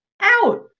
out